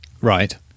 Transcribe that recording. right